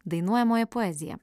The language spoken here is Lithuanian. dainuojamoji poezija